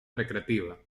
recreativa